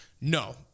No